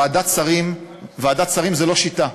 ועדת שרים זה לא שיטה.